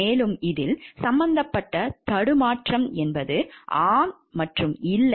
மேலும் இதில் சம்மந்தப்பட்ட தடுமாற்றம் ஆம் மற்றும் இல்லை